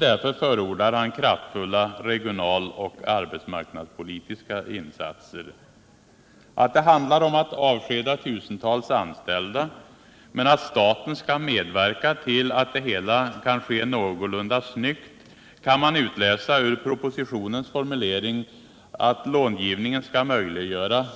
Därför förordar han kraftfulla regionalpolitiska och arbetsmarknadspolitiska insatser. Att det handlar om att avskeda tusentals anställda men att staten skall medverka till att det hela kan ske någorlunda snyggt kan man utläsa ur propositionens formulering, att långivningen skall möjliggöra